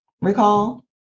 recall